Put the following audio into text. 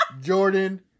Jordan